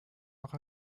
auch